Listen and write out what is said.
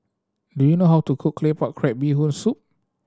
do you know how to cook Claypot Crab Bee Hoon Soup